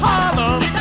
Harlem